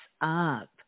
up